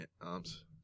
arms